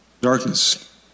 Darkness